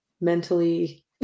mentally